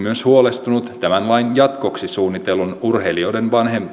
huolestunut myös tämän lain jatkoksi suunnitellun urheilijoiden